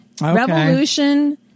Revolution